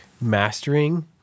mastering